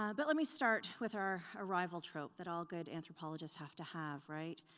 ah but let me start with our arrival trope that all good anthropologists have to have, right?